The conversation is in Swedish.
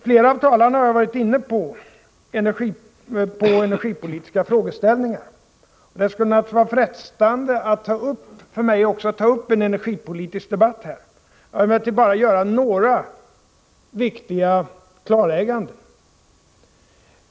Flera av talarna har varit inne på energipolitiska frågeställningar, och det skulle naturligtvis vara frestande för mig att också ta upp en energipolitisk debatt här. Jag vill emellertid göra några viktiga klarlägganden.